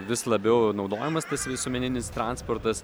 vis labiau naudojamas tas visuomeninis transportas